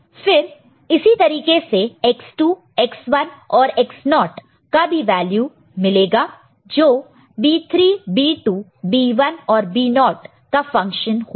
फिर इसी तरीके से X2 X1 और X0 का भी वैल्यू मिलेगा जो B3 B2 B1 और B0 का फंक्शन होगा